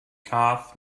cath